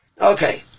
okay